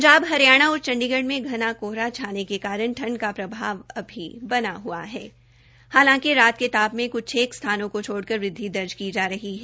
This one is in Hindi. पंजाब हरियाणा और चंडीगढ़ में घना कोहरा छाने के कारण ठंड का प्रभाव अभी बना हु है हालांकि रात के तापामान के कुछेक स्थानों को छोड़कर वृद्धि दर्ज की जा रही है